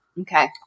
Okay